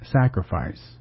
sacrifice